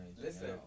Listen